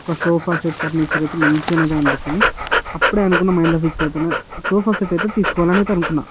ఒక sofa set furniture అయితే మంచిగానే కనిపించింది అప్పుడే అనుకున్నా మైండ్లో ఫిక్స్ అయిపోయినా సోఫా సెట్టు అయితే తీసుకోవాలి అని అయితే అనుకున్నా